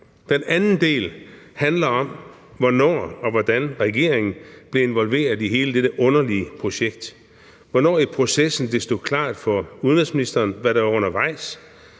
Den anden del handler om, hvornår og hvordan regeringen blev involveret i hele dette underlige projekt, hvornår i processen det stod klart for udenrigsministeren, hvad der var undervejs,